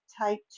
type